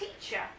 teacher